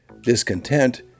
Discontent